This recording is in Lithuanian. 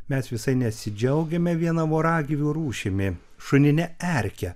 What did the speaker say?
mes visai nesidžiaugiame viena voragyvių rūšimi šunine erke